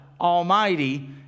Almighty